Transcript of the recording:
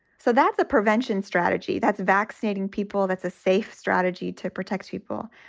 so that's a prevention strategy that's vaccinating people. that's a safe strategy to protect people.